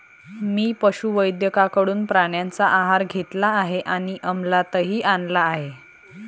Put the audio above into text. मी पशुवैद्यकाकडून प्राण्यांचा आहार घेतला आहे आणि अमलातही आणला आहे